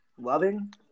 Loving